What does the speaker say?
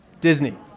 disney